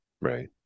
Right